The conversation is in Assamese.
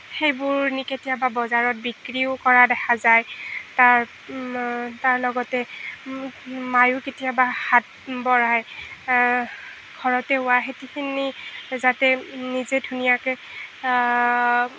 সেইবোৰ নি কেতিয়াবা বজাৰত বিক্ৰীও কৰা দেখা যায় তাৰ লগতে মায়ো কেতিয়াবা হাত বঢ়ায় ঘৰতে হোৱা খেতিখিনি যাতে নিজে ধুনীয়াকৈ